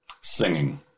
singing